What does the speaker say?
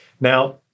Now